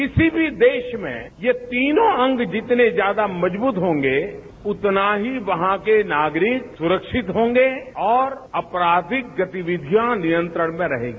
किसी भी देश में ये तीनों अंग जितने ज्यादा मजबूत होंगे उतना ही वहां के नागरिक सुरक्षित होंगे और अपराधिक गतिविधियां नियंत्रण में रहेंगी